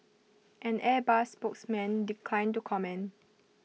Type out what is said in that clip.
an airbus spokesman declined to comment